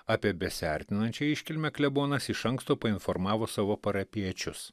apie besiartinančią iškilmę klebonas iš anksto painformavo savo parapijiečius